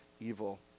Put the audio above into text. evil